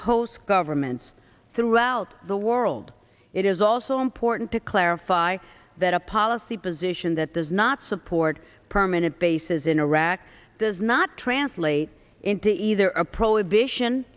host governments throughout the world it is also important to clarify that a policy position that does not support permanent bases in iraq does not translate into either prohibition